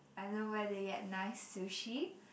I know where to get nice sushi